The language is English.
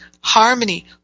harmony